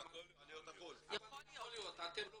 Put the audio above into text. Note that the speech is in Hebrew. הכל יכול להיות, אתם לא